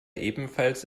ebenfalls